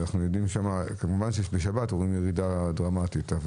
כמובן שבשבת אנחנו רואים ירידה דרמטית.